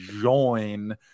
join